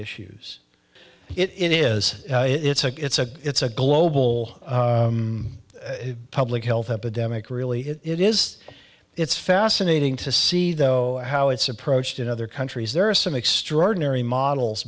issues it is it's a it's a it's a global public health epidemic really it is it's fascinating to see though how it's approached in other countries there are some extraordinary models